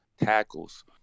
tackles